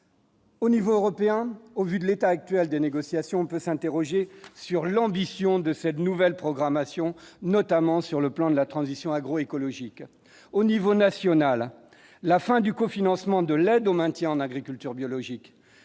Au niveau européen, au vu de l'état actuel des négociations, on peut s'interroger sur l'ambition de cette nouvelle programmation notamment sur le plan de la transition agro-écologique au niveau national, la fin du cofinancement de l'aide au maintien en agriculture biologique,